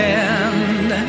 end